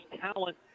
talent